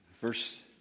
Verse